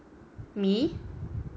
me